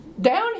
Down